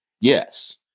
Yes